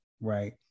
right